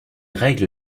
règle